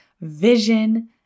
vision